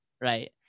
Right